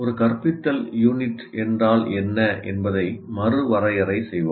ஒரு கற்பித்தல் யூனிட் என்றால் என்ன என்பதை மறுவரையறை செய்வோம்